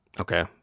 Okay